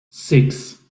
six